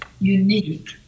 unique